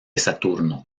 saturno